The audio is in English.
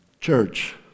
Church